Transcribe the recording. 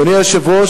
אדוני היושב-ראש,